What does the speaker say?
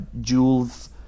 jewels